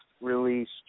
released